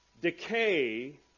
Decay